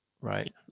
right